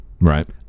Right